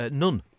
none